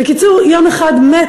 בקיצור, יום אחד מת